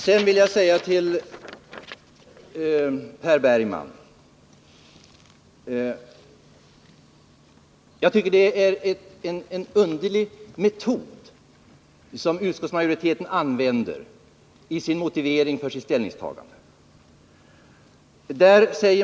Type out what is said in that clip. Sedan vill jag säga till Per Bergman: Jag tycker det är en underlig metod som utskottsmajoriteten använder i motiveringen för sitt ställningstagande.